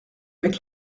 avec